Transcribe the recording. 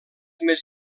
més